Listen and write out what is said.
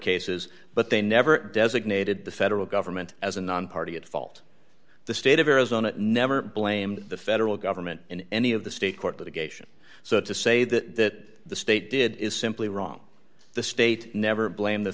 cases but they never designated the federal government as a nonparty at fault the state of arizona never blamed the federal government in any of the state court litigation so to say that the state did is simply wrong the state never blame the